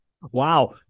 Wow